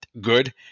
good